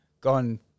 gone